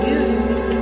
use